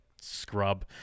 scrub